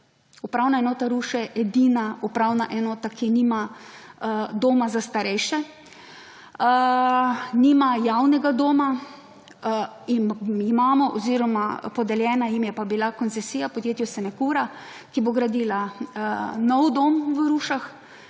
Upravna enota Ruše, edina upravna enota, ki nima doma za starejše, nima javnega doma in mi imamo oziroma, podeljena jim je pa bila koncesija, podjetju SeneCura, ki bo gradila nov dom v Rušah